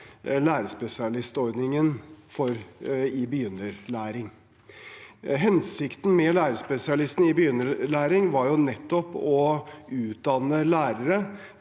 lærerspesialistordningen i begynneropplæring. Hensikten med lærerspesialistordningen i begynneropplæring var nettopp å utdanne lærere